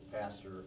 Pastor